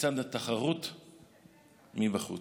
לצד התחרות מבחוץ.